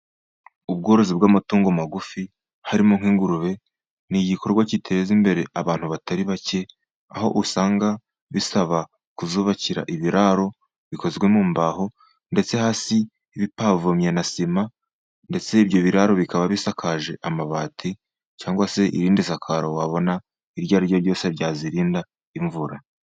Ubworozi bw'amatungo magufi, harimo nk'ingurube, ni igikorwa giteza imbere abantu batari bake aho usanga bisaba kuzubakira ibiraro bikozwe mu mbaho ndetse hasi bipavomye na sima, ndetse ibyo biraro bikaba bisakaje amabati cyangwa se irindi sakaro wabona iryo ari ryo ryose ryazirinda imvura.